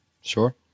Sure